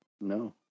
No